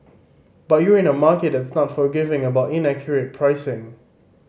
but you're in a market that's not forgiving about inaccurate pricing